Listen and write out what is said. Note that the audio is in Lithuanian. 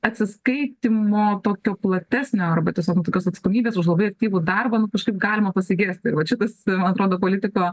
atsiskaitymo tokio platesnio arba tiesiog nu tokios atsakomybės už labai aktyvų darbą nu kažkaip galima pasigesti ir vat šitas atrodo politiko